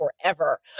forever